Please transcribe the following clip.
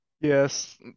Yes